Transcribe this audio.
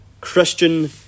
Christian